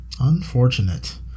unfortunate